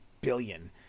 billion